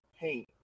paint